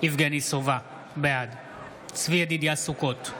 יבגני סובה, בעד צבי ידידיה סוכות,